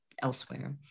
elsewhere